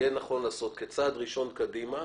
יהיה נכון לעשות כצעד ראשון קדימה.